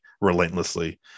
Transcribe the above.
relentlessly